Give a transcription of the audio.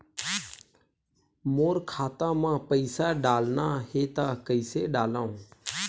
मोर खाता म पईसा डालना हे त कइसे डालव?